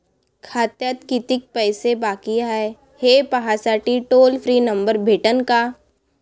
खात्यात कितीकं पैसे बाकी हाय, हे पाहासाठी टोल फ्री नंबर भेटन का?